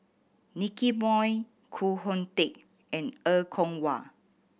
Nicky Moey Koh Hoon Teck and Er Kwong Wah